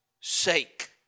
sake